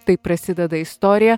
taip prasideda istorija